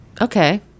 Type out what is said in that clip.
okay